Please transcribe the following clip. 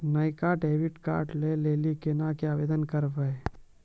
नयका डेबिट कार्डो लै लेली केना के आवेदन करबै?